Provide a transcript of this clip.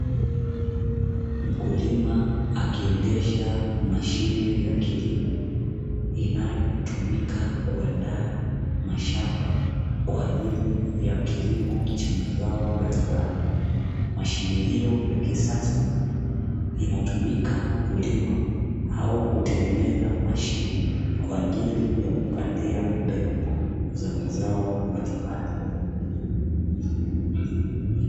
Mkulima akiendesha mashine ya kilimo inayotumika kuandaa mashamba kwa ajili ya kilimo cha mazao mbalimbali, mashine hiyo ya kisasa inatumika kulima au kutengeneza mashimo kwa ajili ya kupandia mbegu za mazao mbalimbali.